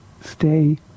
stay